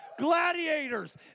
Gladiators